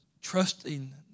trusting